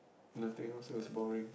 nothing else it was boring